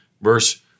verse